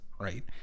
Right